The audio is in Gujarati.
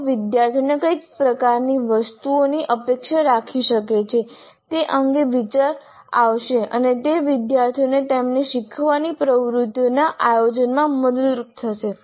તેઓ વિદ્યાર્થીઓને કઈ પ્રકારની વસ્તુઓની અપેક્ષા રાખી શકે છે તે અંગે વિચાર આવશે અને તે વિદ્યાર્થીઓને તેમની શીખવાની પ્રવૃત્તિઓના આયોજનમાં મદદરૂપ થશે